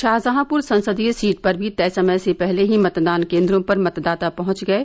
शाहजहांपुर संसदीय सीट पर भी तय समय से पहले ही मतदान केन्द्रों पर मतदाता पहुंच गये